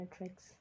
Matrix